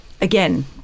Again